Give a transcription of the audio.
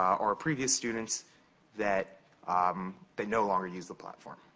or previous students that they no longer use the platform